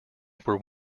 were